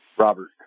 Robert